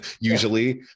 usually